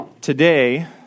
Today